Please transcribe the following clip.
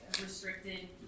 restricted